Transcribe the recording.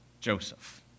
Joseph